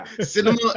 Cinema